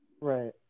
right